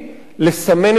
לסמן את האויב.